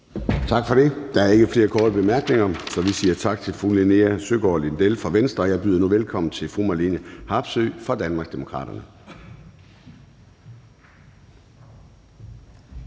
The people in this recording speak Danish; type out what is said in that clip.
Tak for det. Der er ikke flere korte bemærkninger. Så vi siger tak til Linea Søgaard-Lidell fra Venstre, og jeg byder nu velkommen til fru Marlene Harpsøe fra Danmarksdemokraterne.